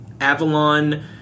Avalon